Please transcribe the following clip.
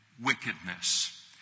wickedness